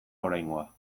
oraingoa